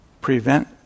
prevent